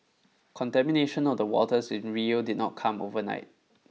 contamination of the waters in Rio did not come overnight